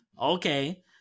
okay